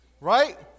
Right